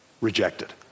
rejected